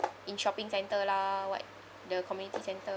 in shopping center lah what the community centre